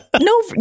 no